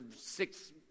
six